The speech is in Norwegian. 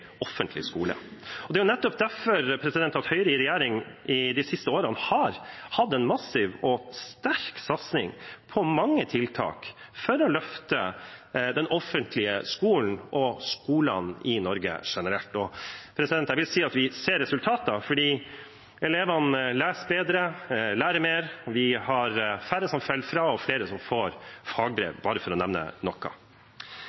massiv og sterk satsing på mange tiltak for å løfte den offentlige skolen og skolene i Norge generelt. Jeg vil si at vi ser resultater, for elevene leser bedre, lærer mer, vi har færre som faller fra, og flere som får